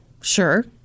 Sure